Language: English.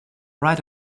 right